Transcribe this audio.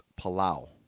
Palau